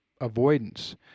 avoidance